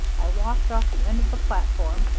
i walked off the end of the platform,